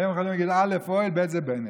היום יכולים להגיד: אל"ף, אוהל, בי"ת זה בנט.